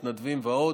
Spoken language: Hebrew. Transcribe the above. מתנדבים ועוד.